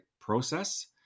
process